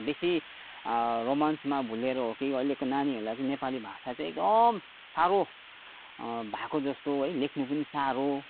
बेसी रोमान्समा भुलिएर हो कि अहिलेको नानीहरूलाई चाहिँ नेपाली भाषा चाहिँ एकदम साह्रो भएको जस्तो है लेख्नु पनि साह्रो